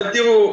תראו,